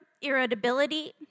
irritability